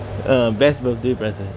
uh best birthday present